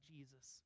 Jesus